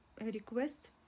request